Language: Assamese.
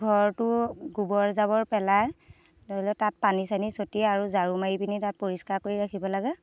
ঘৰটো গোবৰ জাৱৰ পেলাই ধৰি লওক তাত পানী চানী চটিয়াই আৰু ঝাৰু মাৰি পেনি তাত পৰিষ্কাৰ কৰি ৰাখিব লাগে